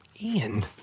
Ian